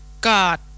God